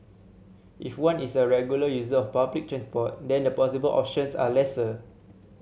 if one is a regular user of public transport then the possible options are lesser